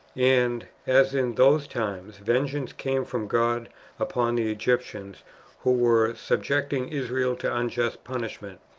and as, in those times, vengeance came from god upon the egyptians who were subjecting israel to unjust punishment,